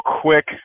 quick